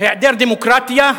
היעדר דמוקרטיה,